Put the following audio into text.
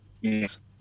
Yes